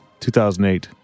2008